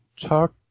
talk